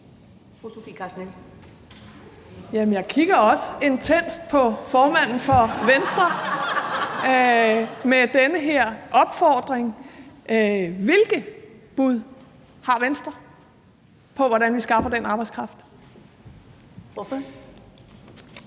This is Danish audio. jeg kigger også intenst på formanden fra Venstre, imens jeg stiller det her spørgsmål: Hvilke bud har Venstre på, hvordan vi skaffer den arbejdskraft?